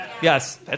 Yes